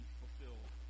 fulfilled